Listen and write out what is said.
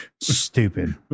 stupid